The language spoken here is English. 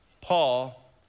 Paul